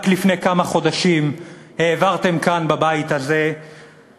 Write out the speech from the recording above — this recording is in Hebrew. רק לפני כמה חודשים העברתם כאן בבית הזה תקציב